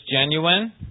genuine